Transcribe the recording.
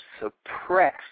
suppress